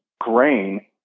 grain